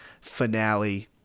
finale